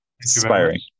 inspiring